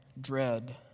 dread